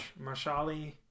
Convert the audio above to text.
Marshali